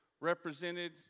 represented